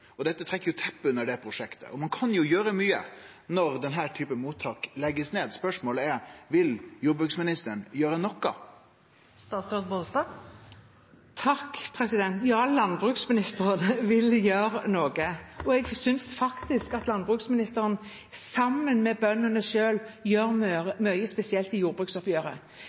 Dette trekkjer teppet under det prosjektet. Ein kan jo gjere mykje når denne typen mottak blir lagde ned. Spørsmålet er: Vil landbruksministeren gjere noko? Ja, landbruksministeren vil gjøre noe. Jeg synes faktisk landbruksministeren sammen med bøndene selv gjør mye, spesielt i jordbruksoppgjøret.